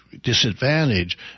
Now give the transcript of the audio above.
disadvantage